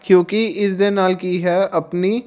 ਕਿਉਂਕਿ ਇਸ ਦੇ ਨਾਲ ਕੀ ਹੈ ਆਪਣੀ